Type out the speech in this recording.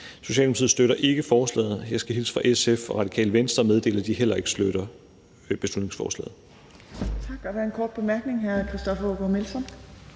Socialdemokratiet støtter ikke forslaget. Jeg skal hilse fra SF og Radikale Venstre og meddele, at de heller ikke støtter beslutningsforslaget.